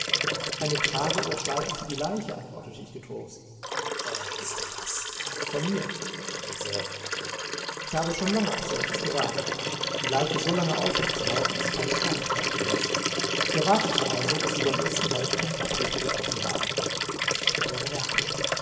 eine trage oder schleife für die leiche antwortete ich getrost woher wißt ihr das von mir wieso ich habe schon lange auf so etwas gewartet die leiche so lange aufrecht zu halten ist keine kleinigkeit gewesen ich erwartete also daß sie beim ersten haltepunkt abhilfe getroffen haben nicht übel gedacht